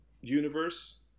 universe